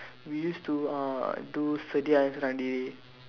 we use to uh do sedia and senang diri